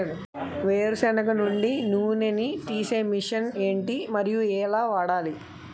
వేరు సెనగ నుండి నూనె నీ తీసే మెషిన్ ఏంటి? మరియు ఎలా వాడాలి?